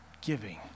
giving